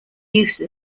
use